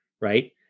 right